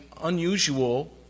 unusual